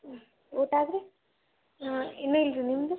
ಹ್ಞೂ ಊಟ ಆತ್ರೀ ಹಾಂ ಇನ್ನೂ ಇಲ್ಲ ರೀ ನಿಮ್ಮದು